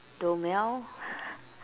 豆苗